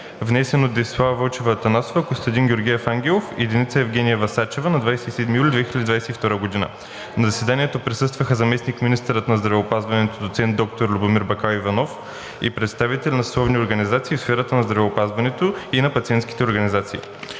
внесен от Десислава Вълчева Атанасова, Костадин Георгиев Ангелов и Деница Евгениева Сачева на 27 юли 2022 г. На заседанието присъстваха заместник-министърът на здравеопазването доцент доктор Любомир Бакаливанов и представители на съсловните организации в сферата на здравеопазването и на пациентските организации.